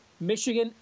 Michigan